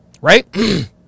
Right